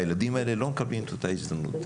הילדים האלה לא מקבלים את אותה הזדמנות.